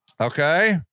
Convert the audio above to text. Okay